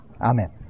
Amen